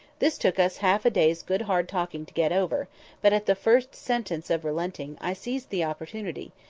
this took us half a day's good hard talking to get over but, at the first sentence of relenting, i seized the opportunity,